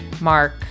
Mark